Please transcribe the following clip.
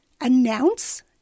announce